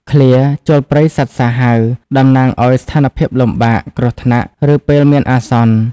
ឃ្លា «ចូលព្រៃសត្វសាហាវ» តំណាងឱ្យស្ថានភាពលំបាក គ្រោះថ្នាក់ ឬពេលមានអាសន្ន។